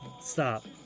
stop